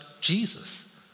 Jesus